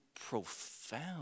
profound